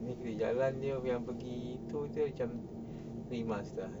ni kira jalan jer boleh pergi tu jer rimas dah